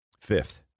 Fifth